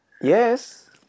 Yes